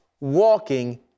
walking